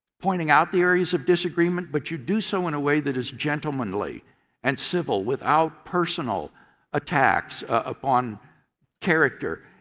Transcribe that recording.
pointing out the areas of disagreement but you do so in a way that is gentlemanly and civil without personal attacks upon character.